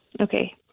okay